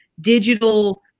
digital